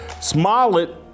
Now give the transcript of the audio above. Smollett